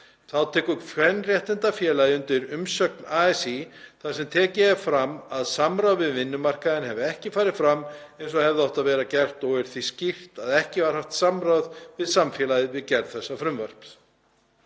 Þá tekur Kvenréttindafélagið undir umsögn ASÍ þar sem tekið er fram að samráð við vinnumarkaðinn hafi ekki farið fram eins og hefði átt að vera gert og er því skýrt að ekki var haft samráð við samfélagið við gerð þessa frumvarps.